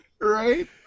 Right